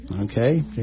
Okay